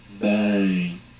bang